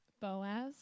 Boaz